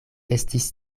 estis